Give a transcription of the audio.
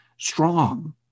strong